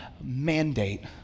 mandate